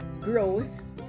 growth